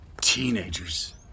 Teenagers